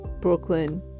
Brooklyn